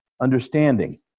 understanding